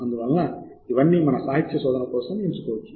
అందువలన ఇవన్నీ మన సాహిత్య శోధన కోసం ఎంచుకోవచ్చు